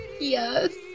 Yes